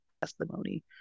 testimony